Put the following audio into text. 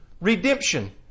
redemption